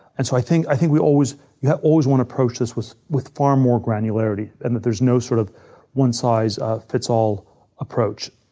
and so i think i think we always yeah always want to approach this with with far more granularity and that there's no sort of one size fits all approach.